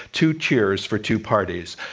two cheers for two parties.